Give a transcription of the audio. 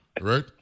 right